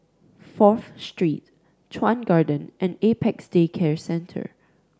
Fourth Street Chuan Garden and Apex Day Care Centre